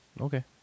Okay